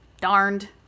darned